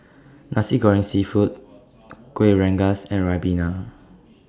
Nasi Goreng Seafood Kueh Rengas and Ribena